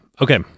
Okay